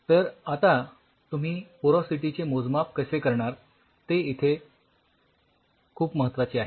तर आता तुम्ही पोरॉसिटी चे मोजमाप कसे करणार ते इथे खूप महत्वाचे आहे